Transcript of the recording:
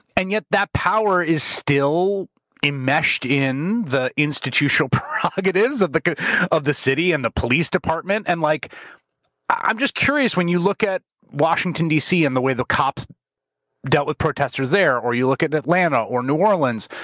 and yet that power is still enmeshed in the institutional prerogatives of the of the city and the police department. and like i'm just curious when you look at washington d. c. and the way the cops dealt with protesters there, or you look at atlanta or new orleans,